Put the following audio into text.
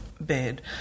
bed